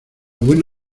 buen